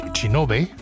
Chinobe